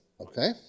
Okay